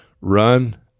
Run